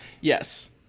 yes